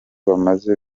bamaze